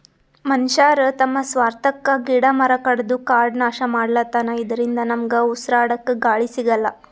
ಮನಶ್ಯಾರ್ ತಮ್ಮ್ ಸ್ವಾರ್ಥಕ್ಕಾ ಗಿಡ ಮರ ಕಡದು ಕಾಡ್ ನಾಶ್ ಮಾಡ್ಲತನ್ ಇದರಿಂದ ನಮ್ಗ್ ಉಸ್ರಾಡಕ್ಕ್ ಗಾಳಿ ಸಿಗಲ್ಲ್